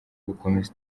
gukomeza